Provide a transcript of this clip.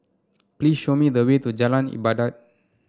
please show me the way to Jalan Ibadat